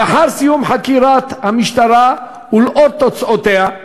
לאחר סיום חקירת המשטרה ולנוכח תוצאותיה,